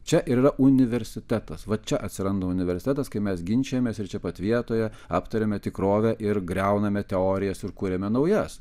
čia ir yra universitetas va čia atsiranda universitetas kai mes ginčijamės ir čia pat vietoje aptariame tikrovę ir griauname teorijas ir kuriame naujas